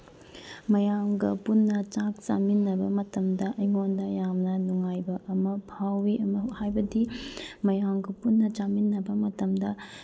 ꯃꯌꯥꯝꯒ ꯄꯨꯟꯅ ꯆꯥꯛ ꯆꯥꯃꯤꯟꯅꯕ ꯃꯇꯝꯗ ꯑꯩꯉꯣꯟꯗ ꯌꯥꯝꯅ ꯅꯨꯡꯉꯥꯏꯕ ꯑꯃ ꯐꯥꯎꯋꯤ ꯍꯥꯏꯕꯗꯤ ꯃꯌꯥꯝꯒ ꯄꯨꯟꯅ ꯆꯥꯃꯤꯟꯅꯕ ꯃꯇꯝꯗ